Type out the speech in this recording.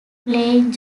playing